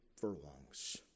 furlongs